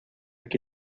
que